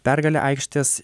pergalę aikštės